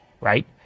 right